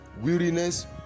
weariness